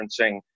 referencing